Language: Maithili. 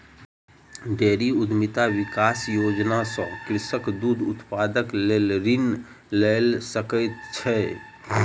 डेयरी उद्यमिता विकास योजना सॅ कृषक दूध उत्पादनक लेल ऋण लय सकै छै